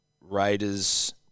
Raiders